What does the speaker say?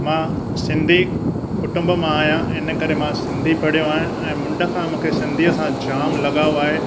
मां सिंधी कुटुंब मां आहियां इन करे मां सिंधी पढ़ियो आहियां ऐं मुण्ड खां मूंखे सिंधीअ सां जाम लगाउ आहे